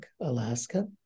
Alaska